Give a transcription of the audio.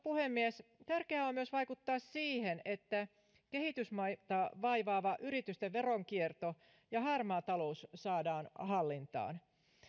puhemies tärkeää on myös vaikuttaa siihen että kehitysmaita vaivaava yritysten veronkierto ja harmaa talous saadaan hallintaan